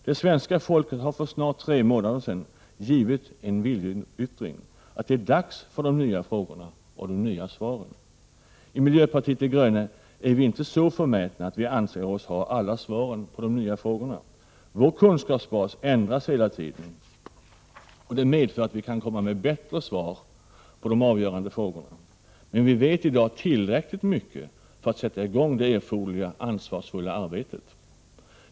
Det svenska folket har för snart tre månader sedan givit en viljeyttring — att det är dags för de nya frågorna och de nya svaren. I miljöpartiet de gröna är vi inte så förmätna att vi anser oss ha alla svaren på de nya frågorna. Vår kunskapsbas ändras hela tiden, och det medför att vi kan komma med bättre svar på de avgörande frågorna. Men vi vet i dag tillräckligt mycket för att sätta i gång det erforderliga ansvarsfulla arbetet.